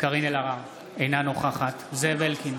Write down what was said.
קארין אלהרר, אינה נוכחת זאב אלקין,